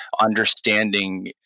understanding